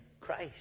christ